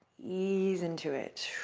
ease into it.